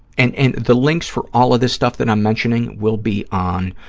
and and the links for all of this stuff that i'm mentioning will be on